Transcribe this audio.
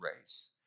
race